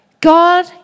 God